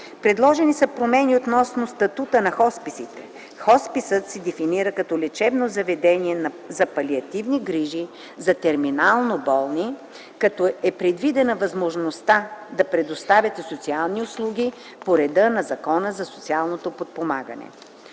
Предложени са промени относно статута на хосписите. Хосписът се дефинира като лечебно заведение за палиативни грижи за терминално болни, като е предвидена възможността да предоставят и социални услуги по реда на Закона за социално подпомагане.